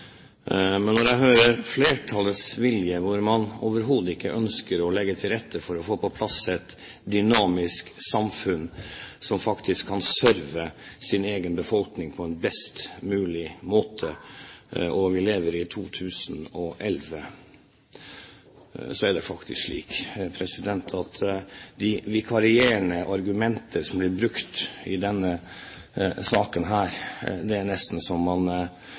Men når jeg hører flertallets vilje, hvor man overhodet ikke ønsker å legge til rette for å få på plass et dynamisk samfunn som faktisk kan «serve» sin egen befolkning på en best mulig måte – vi lever i 2011 – og de vikarierende argumentene som blir brukt i denne saken, er det nesten så man